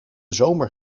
zomer